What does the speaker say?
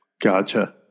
Gotcha